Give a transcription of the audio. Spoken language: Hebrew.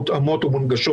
מותאמות ומונגשות,